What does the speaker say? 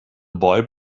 boy